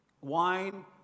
wine